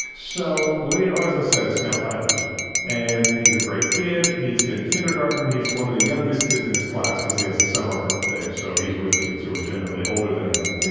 so, leo, as i said, it's now five years old and he's a great kid. he's in kindergarten. he's one of the youngest kids in his class because he has a summer birthday. so he's with kids who are generally older than him